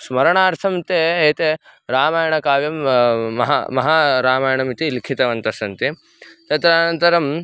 स्मरणार्थं ते एते रामायणकाव्यं महान् महारामायणम् इति लिखितवन्तः सन्ति तत्र अनन्तरं